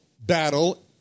battle